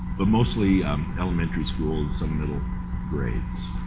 but mostly elementary schools, some middle grades.